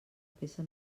peça